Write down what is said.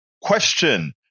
question